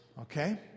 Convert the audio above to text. okay